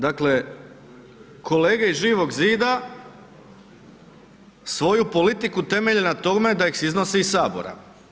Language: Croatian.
Dakle, kolege iz Živog zida svoju politiku temelje na tome da ih se iznosi iz sabora.